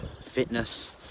fitness